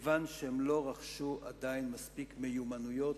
כיוון שהם לא רכשו עדיין מספיק מיומנויות